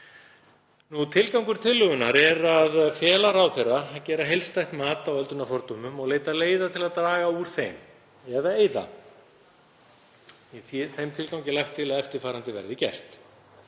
Tilgangur tillögunnar er að fela ráðherra að gera heildstætt mat á öldrunarfordómum og leita leiða til að draga úr þeim eða eyða. Í þeim tilgangi er lagt til að eftirfarandi verði gert: